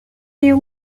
you